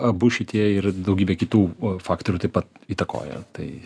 abu šitie yra daugybė kitų faktorių taip pat įtakoja tai